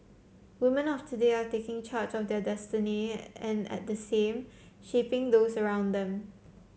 women of today are taking charge of their destiny and at the same shaping those around them